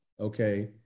Okay